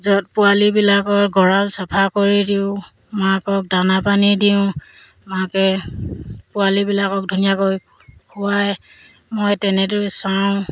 য'ত পোৱালিবিলাকৰ গড়াল চফা কৰি দিওঁ মাকক দানা পানী দিওঁ মাকে পোৱালিবিলাকক ধুনীয়াকৈ খোৱায় মই তেনেদৰে চাওঁ